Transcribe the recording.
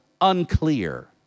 unclear